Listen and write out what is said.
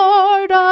Lord